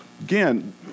again